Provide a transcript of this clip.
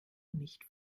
nicht